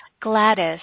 Gladys